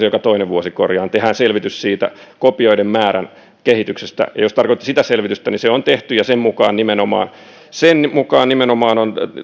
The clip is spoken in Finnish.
joka toinen vuosi tehdään selvitys siitä kopioiden määrän kehityksestä ja jos tarkoititte sitä selvitystä niin se on tehty ja nimenomaan täysin sen mukaan on